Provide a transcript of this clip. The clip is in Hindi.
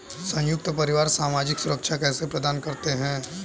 संयुक्त परिवार सामाजिक सुरक्षा कैसे प्रदान करते हैं?